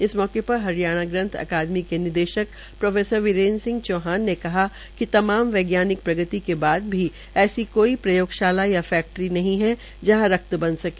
इस अवसर पर हरियाणा ग्रन्थ अकादीम के निदेशक प्रो वीरेन्द्र सिंह चौहान ने कहा कि तमाम वैज्ञानिक प्रगति के बाद भी ऐसी काई प्रयोगशाला या फैक्ट्री नही है जहां रक्त बन सके